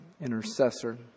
intercessor